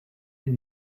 aide